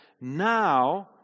Now